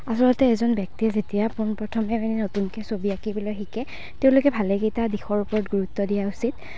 আচলতে এজন ব্যক্তিয়ে যেতিয়া পোনপ্ৰথমে মানে নতুনকৈ ছবি আঁকিবলৈ শিকে তেওঁলোকে ভালেকেইটা দিশৰ ওপৰত গুৰুত্ব দিয়া উচিত